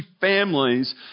families